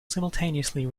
simultaneously